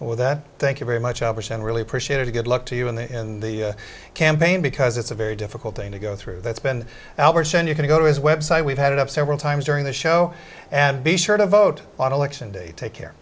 with that thank you very much albert and really appreciate it good luck to you in the in the campaign because it's a very difficult thing to go through that's been our show you can go to his website we've had it up several times during the show and be sure to vote on election day take care